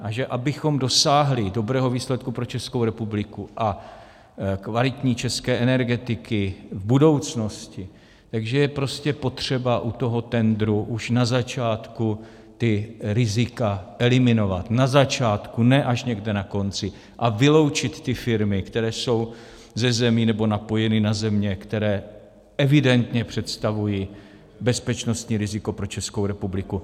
A že abychom dosáhli dobrého výsledku pro Českou republiku a kvalitní české energetiky v budoucnosti, že je prostě potřeba u toho tendru už na začátku ta rizika eliminovat na začátku, ne až někde na konci a vyloučit ty firmy, které jsou ze zemí, nebo napojeny na země, které evidentně představují bezpečnostní riziko pro Českou republiku.